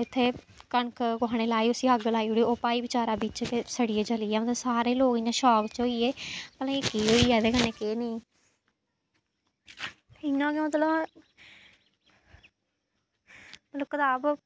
उत्थै कनक कुसै ने लाई उस्सी अग्ग लाई ओड़ी ते ओह् भाई बचारा बिच्च गै सड़ियै जली गेआ मतलब सारे लोग इ'यां शाक च होई गे भला एह् केह् होई गेआ एह्दे कन्नै केह् नेईं इ'यां गै मतलब मतलब कताब